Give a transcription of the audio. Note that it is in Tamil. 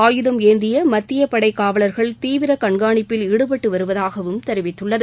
ஆயுதம் ஏந்திய மத்திய படை காவலர்கள் தீவிர கண்காணிப்பில் ஈடுபட்டு வருவதாகவும் தெரிவித்துள்ளது